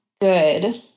good